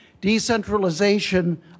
Decentralization